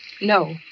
No